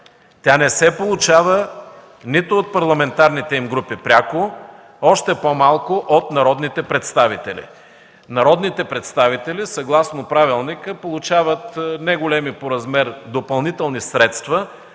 тя не се получава нито от парламентарните им групи пряко, още по-малко от народните представители. Народните представители, съгласно правилника, получават неголеми по размер допълнителни средства